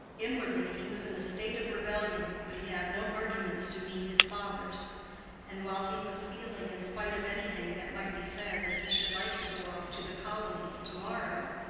inwardly he was in a state of rebellion, but he had no arguments to meet his father's and while he was feeling, in spite of any thing that might be said, that he should like to go off to the colonies to-morrow,